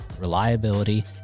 reliability